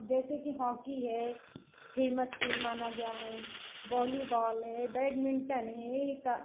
जैसे कि हॉकी है फेसम खेल माना गया है बॉलीबॉल है बैडमिन्टन है ई